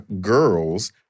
girls